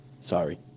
Sorry